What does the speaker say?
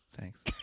Thanks